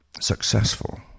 successful